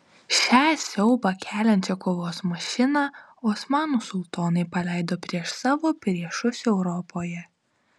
šią siaubą keliančią kovos mašiną osmanų sultonai paleido prieš savo priešus europoje